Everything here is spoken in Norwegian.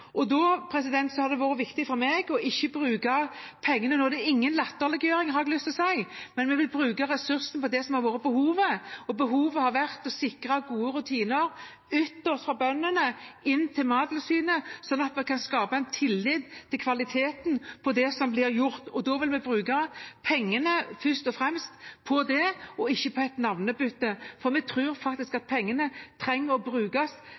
har vært viktig for meg å bruke pengene og ressursene – det er ingen latterliggjøring, har jeg lyst til å si – der det er behov, og behovet har vært å sikre gode rutiner ytterst fra bøndene og inn til Mattilsynet, slik at vi kan skape tillit til kvaliteten på det som blir gjort. Derfor vil vi bruke pengene først og fremst på det, og ikke på et navnebytte. Vi tror faktisk at pengene må brukes